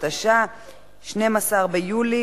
התשע"א 2011,